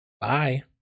Bye